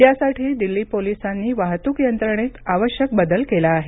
यासाठी दिल्ली पोलिसांनी वाहतूक यंत्रणेत आवश्यक बदल केला आहे